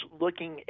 looking